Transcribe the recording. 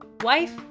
Wife